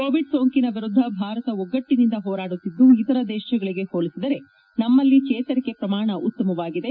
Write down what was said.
Covid ಸೋಂಕು ವಿರುದ್ದ ಭಾರತ ಒಗ್ಗಟ್ಟನಿಂದ ಹೋರಾಡುತ್ತಿದ್ದು ಇತರ ದೇಶಗಳಗೆ ಹೋಲಿಸಿದರೆ ನಮ್ನಲ್ಲಿ ಜೇತರಿಕೆ ಪ್ರಮಾಣ ಉತ್ತಮವಾಗಿದೆ